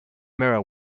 mirror